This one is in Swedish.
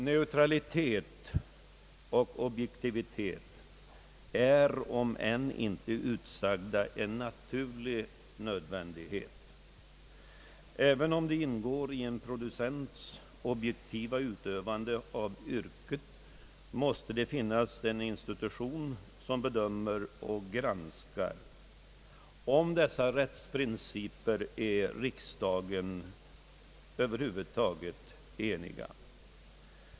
Neutralitet och objektivitet är om än inte utsagda en naturlig nödvändighet. även om det ingår i en producents produktiva utövande av yrket, måste det finnas en institution som bedömer och granskar. Om dessa rättsprinciper råder det över huvud taget enighet i riksdagen.